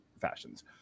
fashions